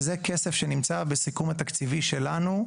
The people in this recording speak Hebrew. וזה כסף שנמצא בסיכום התקציבי שלנו.